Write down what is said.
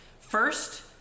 first